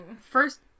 first